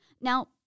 Now